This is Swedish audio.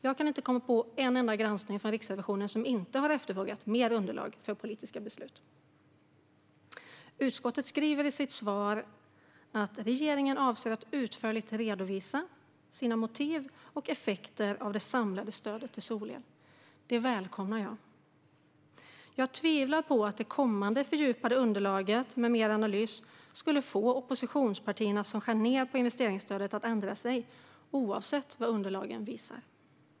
Jag kan inte komma på en enda granskning från Riksrevisionen som inte efterfrågat mer underlag för politiska beslut. Utskottet skriver i sitt svar att regeringen avser att utförligt redovisa motiv och effekter av det samlade stödet till solel. Det välkomnar jag. Jag tvivlar dock på att det kommande fördjupade underlaget med mer analys kommer att få de oppositionspartier som skär ned på investeringsstödet att ändra sig, oavsett vad underlaget visar.